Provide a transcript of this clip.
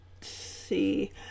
see